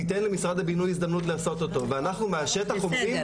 ניתן למשרד הבינוי הזדמנות לעשות אותו ואנחנו מהשטח אומרים,